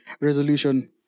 resolution